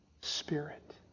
Spirit